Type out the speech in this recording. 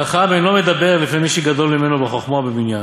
חכם אינו מדבר לפני מי שגדול ממנו בחוכמה ובמניין,